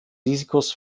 risikos